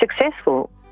successful